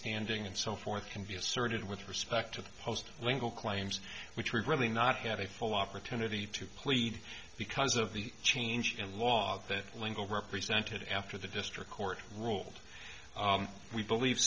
standing and so forth can be asserted with respect to the post lingle claims which would really not have a full opportunity to plead because of the change in law that lingo represented after the district court ruled we believe